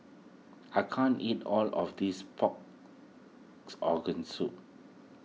I can't eat all of this Organ Soup